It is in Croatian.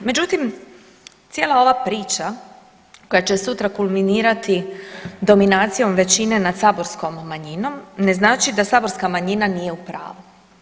Međutim, cijela ova priča, koja će sutra kulminirati dominacijom većine nad saborskom manjinom ne znači da saborska manjina nije u pravu.